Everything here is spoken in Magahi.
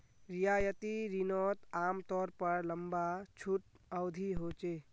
रियायती रिनोत आमतौर पर लंबा छुट अवधी होचे